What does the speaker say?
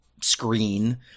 screen